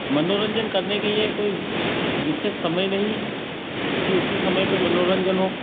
मनोरंजन करने के लिए कोई विशेष समय नहीं कि उसी समय पर मनोरंजन हो